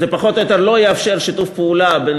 זה פחות או יותר לא יאפשר שיתוף פעולה בין